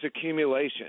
accumulation